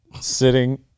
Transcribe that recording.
sitting